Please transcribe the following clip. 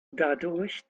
dadurch